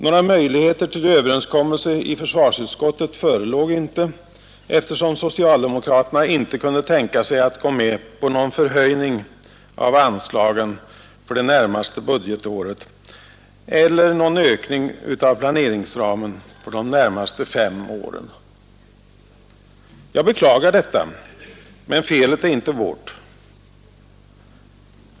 Några möjligheter till överenskommelse i försvarsutskottet förelåg inte, eftersom socialdemokraterna inte kunde tänka sig att gå med på någon förhöjning av anslagen för det närmaste budgetåret eller någon ökning av planeringsramen för de närmaste fem åren. Jag beklagar detta, men felet är inte vårt.